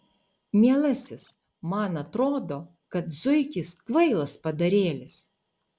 mielasis man atrodo kad zuikis kvailas padarėlis